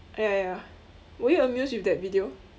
ya ya were you amused with that video